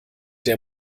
der